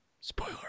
Spoiler